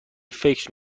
فکر